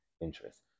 interest